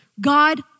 God